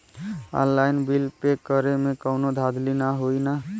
Online बिल पे करे में कौनो धांधली ना होई ना?